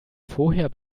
vorher